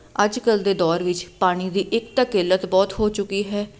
ਅੱਜ ਕੱਲ੍ਹ ਦੇ ਦੌਰ ਵਿੱਚ ਪਾਣੀ ਦੀ ਇੱਕ ਤਾਂ ਕਿੱਲਤ ਬਹੁਤ ਹੋ ਚੁੱਕੀ ਹੈ